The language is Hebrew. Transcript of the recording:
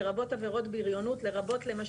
לרבות עבירות בריונות,